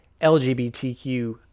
lgbtq